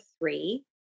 three